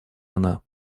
она